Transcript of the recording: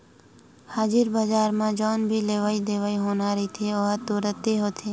हाजिर बजार म जउन भी लेवई देवई होना रहिथे ओहा तुरते होथे